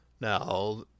Now